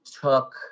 took